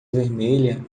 vermelha